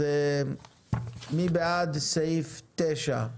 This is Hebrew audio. אז מי בעד סעיף 9?